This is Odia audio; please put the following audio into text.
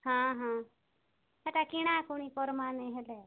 ହଁ ହଁ ସେଟା କିଣାକୁଣି କରମା ନେଇ ହେଲେ